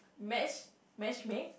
match matchmake